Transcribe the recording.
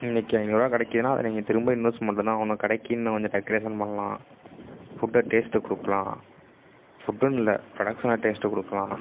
இன்றைக்கி ஐந்நூறு ரூபா கிடைக்குதுன்னா அதை நீங்கள் திரும்ப இன்வெஸ்ட் மட்டும்தான் பண்ணணும் கடைக்கு இன்னும் கொஞ்சம் டெக்கரேஷன் பண்ணலாம் ஃபுட்டை டேஸ்ட்டு கொடுக்கலாம் ஃபுட்டுன்னு இல்லை ப்ரொடக்ஷனை டேஸ்ட்டு கொடுக்கலாம்